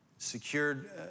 Secured